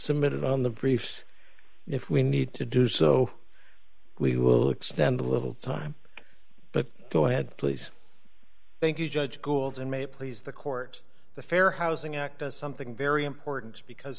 submitted on the briefs if we need to do so we will extend a little time but go ahead please thank you judge gould and may please the court the fair housing act as something very important because